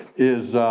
is.